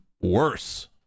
worse